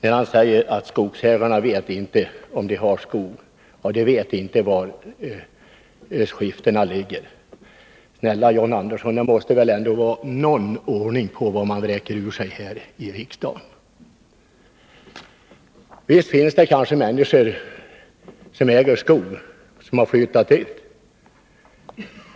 påstod att skogsägarna inte vet om de har skog eller var skiftena ligger. Snälla John Andersson, det måste väl ändå vara någon måtta på vad man vräker ur sig här i riksdagen. Visst finns det människor som äger skog och bor på andra håll.